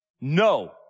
No